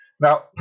Now